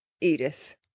Edith